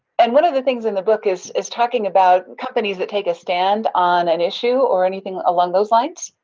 and one of the things in the book is is talking about and companies that take a stand on an issue or anything along those lines.